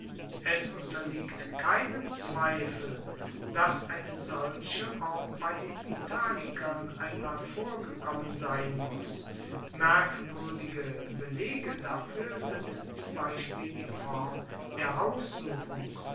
es unterliegt keinem zweifel dass eine solche auch bei den italikern einmal vorgekommen sein muss merkwuerdige belege dafuer sind zum beispiel die form der haussuchung